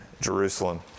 Jerusalem